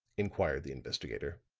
inquired the investigator.